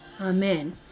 Amen